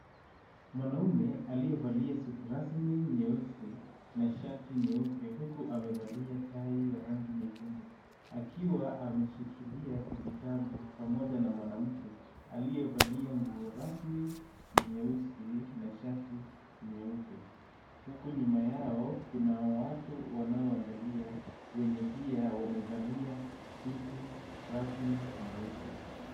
Mwanaume aliyevalia suti rasmi nyeusi na shati nyeupe, huku amevalia tai ya rangi nyekundu, akiwa ameshikilia kijitabu pamoja na mwanamke aliyevalia nguo rasmi nyeusi na shati nyeupe, huku nyuma yao kuna watu wanaowaangalia wenye pia wamevalia suti rasmi nyeusi. .